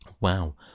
wow